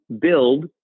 build